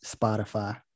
Spotify